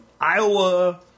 Iowa